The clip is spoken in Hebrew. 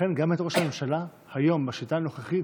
ולכן גם את ראש הממשלה היום, בשיטה הנוכחית,